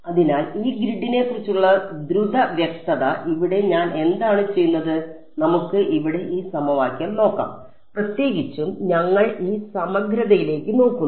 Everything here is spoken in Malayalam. അതിനാൽ ഈ ഗ്രിഡിനെക്കുറിച്ചുള്ള ദ്രുത വ്യക്തത ഇവിടെ ഞാൻ എന്താണ് ചെയ്യുന്നത് നമുക്ക് ഇവിടെ ഈ സമവാക്യം നോക്കാം പ്രത്യേകിച്ചും ഞങ്ങൾ ഈ സമഗ്രതയിലേക്ക് നോക്കുന്നു